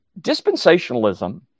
dispensationalism